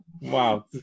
wow